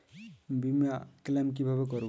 বিমা ক্লেম কিভাবে করব?